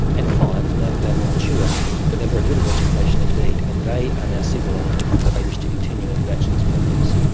and find now that they are more mature that they are very good at education indeed, and they and are now signalling that they wish to continue into bachelors programs.